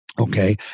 Okay